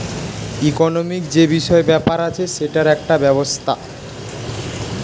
economic যে বিষয় ব্যাপার আছে সেটার একটা ব্যবস্থা